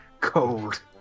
cold